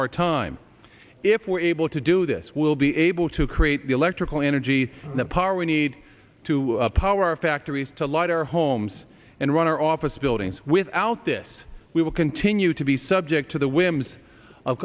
our time if we're able to do this we'll be able to create the electrical energy the power we need to power our factories to light our homes and run our office buildings without this we will continue to be subject to the whims of